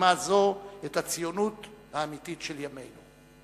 במשימה זו את הציונות האמיתית של ימינו.